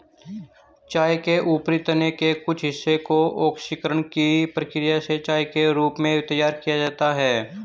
चाय के ऊपरी तने के कुछ हिस्से को ऑक्सीकरण की प्रक्रिया से चाय के रूप में तैयार किया जाता है